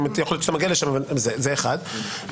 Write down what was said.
שנייה,